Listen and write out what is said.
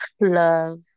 Love